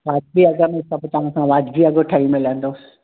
वाजिबी अघ में सभ तव्हां खां वाजिबी अघु ठही मिलंदो